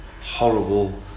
horrible